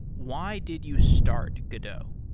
why did you start godot?